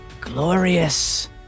glorious